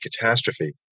catastrophe